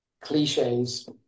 cliches